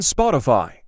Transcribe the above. Spotify